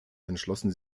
entschlossen